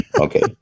okay